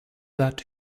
that